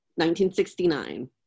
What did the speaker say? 1969